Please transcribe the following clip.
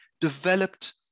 developed